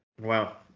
Wow